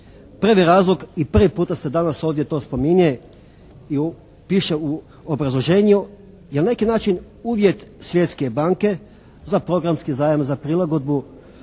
Prvi razlog i prvi puta se danas ovdje to spominje, piše u obrazloženju, je na neki način uvjet Svjetske banke za programski zajam za prilagodbu